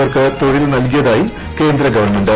പേർക്ക് തൊഴിൽ നൽകിയതായി കേന്ദ്ര ഗവൺമെന്റ്